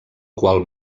qual